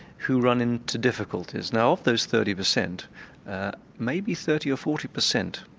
who run into difficulties. now of those thirty per cent maybe thirty or forty per cent